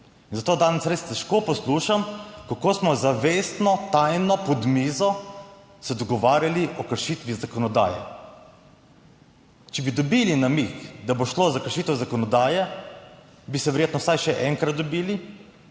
zato danes res težko poslušam, kako smo zavestno tajno pod mizo se dogovarjali o kršitvi zakonodaje. Če bi dobili namig, da bo šlo za kršitev zakonodaje, bi se verjetno vsaj še enkrat dobili,